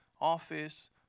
office